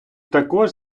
також